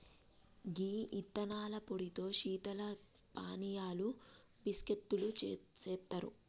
గీ యిత్తనాల పొడితో శీతల పానీయాలు బిస్కత్తులు సెత్తారు